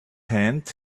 hand